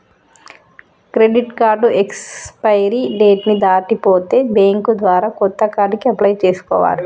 credit card expiry date ని దాటిపోతే bank ద్వారా కొత్త కార్డుకి అప్లై చేసుకోవాలే